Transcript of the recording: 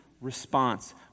response